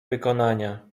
wykonania